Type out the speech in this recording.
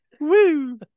Woo